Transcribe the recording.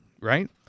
right